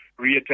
reattach